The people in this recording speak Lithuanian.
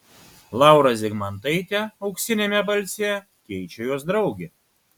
laurą zigmantaitę auksiniame balse keičia jos draugė